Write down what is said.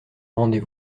rendez